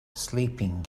sleeping